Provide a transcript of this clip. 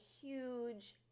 huge